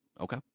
Okay